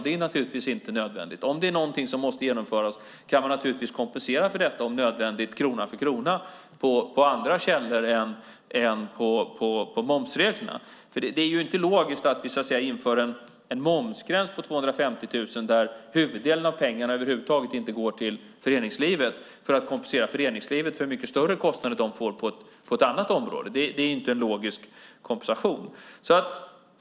Det är naturligtvis inte nödvändigt. Om det är någonting som måste genomföras kan man naturligtvis, om nödvändigt, kompensera för detta krona för krona på andra källor än på momsreglerna. Det är ju inte logiskt att vi inför en momsgräns på 250 000 kronor, där huvuddelen av pengarna över huvud taget inte går till föreningslivet, för att kompensera föreningslivet för mycket större kostnader som de får på ett annat område. Det är inte en logisk kompensation.